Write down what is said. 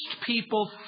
people